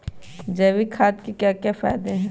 जैविक खाद के क्या क्या फायदे हैं?